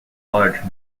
large